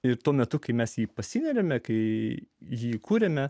ir tuo metu kai mes jį pasineriame kai jį kuriame